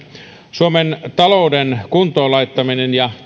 suomen talouden kuntoon laittaminen ja